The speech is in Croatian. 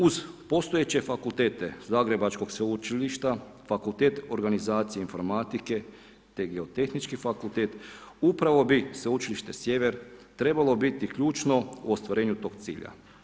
Uz postojeće fakultete Zagrebačkog sveučilišta Fakultet organizacije informatike te Geotehnički fakultet upravo bi Sveučilište Sjever trebalo biti ključno u ostvarenju tog cilja.